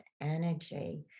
energy